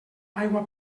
aigua